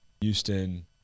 Houston